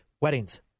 weddings